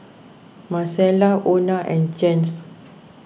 Marcella Ona and Jens